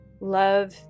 love